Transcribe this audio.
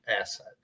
asset